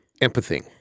Empathy